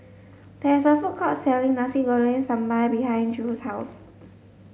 there is a food court selling Nasi Goreng Sambal behind Drew's house